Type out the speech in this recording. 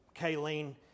Kayleen